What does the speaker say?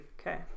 Okay